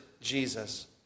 Jesus